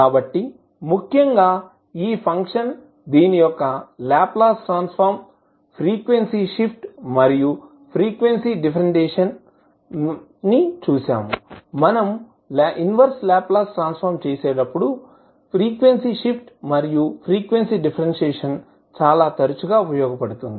కాబట్టి ముఖ్యంగా ఈ ఫంక్షన్దీని యొక్క Laplace transform frequency shift మరియు ఫ్రీక్వెన్సీ డిఫరెన్సియేషన్ మనం ఇన్వర్స్ లాప్లాస్ ట్రాన్స్ ఫార్మ్ చేసేటప్పుడు చాలా తరచుగా ఉపయోగించబడుతుంది